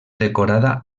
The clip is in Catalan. decorada